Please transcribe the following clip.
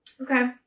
Okay